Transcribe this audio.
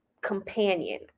companion